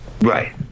Right